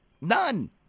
None